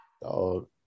dog